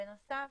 בנוסף,